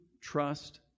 trust